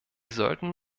sollten